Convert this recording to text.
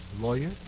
Lawyer